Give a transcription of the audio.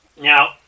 Now